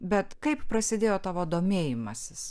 bet kaip prasidėjo tavo domėjimasis